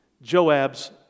Joab's